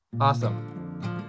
Awesome